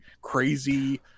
crazy